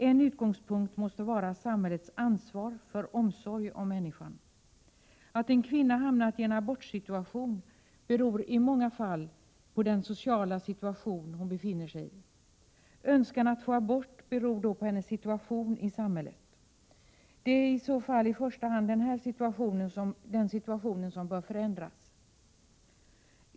En utgångspunkt måste vara samhällets ansvar för omsorg om människan. Att en kvinna hamnat i en abortsituation beror i många fall på den sociala situation hon befinner sig i. Önskan att få abort beror då på hennes situation i samhället. Det är i så fall i första hand den situationen som bör förändras.